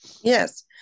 Yes